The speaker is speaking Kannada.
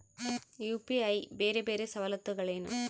ಯು.ಪಿ.ಐ ಬೇರೆ ಬೇರೆ ಸವಲತ್ತುಗಳೇನು?